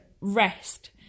rest